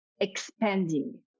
expanding